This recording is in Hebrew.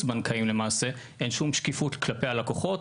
בנקאיים למעשה אין שום שקיפות כלפי הלקוחות.